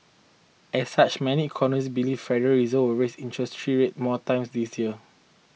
as such many economists believe Federal Reserve will raise interest three rates more times this year